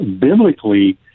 Biblically